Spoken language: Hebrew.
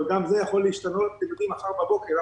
אבל גם זה יכול להשתנות מחר בבוקר,